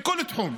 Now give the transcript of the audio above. בכל תחום.